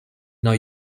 now